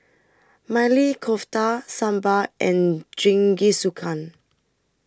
Maili Kofta Sambar and Jingisukan